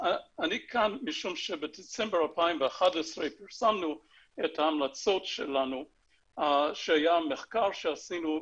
אני כאן משום שבדצמבר 2011 פרסמנו את ההמלצות שלנו שהיה המחקר שעשינו,